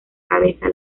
cabeza